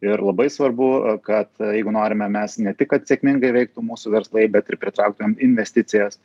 ir labai svarbu kad jeigu norime mes ne tik kad sėkmingai veiktų mūsų verslai bet ir pritrauktumėm investicijas